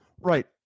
Right